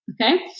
Okay